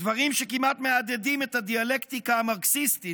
בדברים שכמעט מהדהדים את הדיאלקטיקה המרקסיסטית,